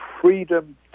freedom